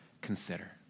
consider